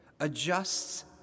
adjusts